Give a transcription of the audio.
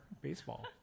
baseball